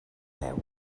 veu